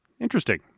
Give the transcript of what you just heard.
interesting